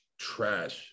trash